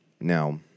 Now